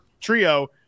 trio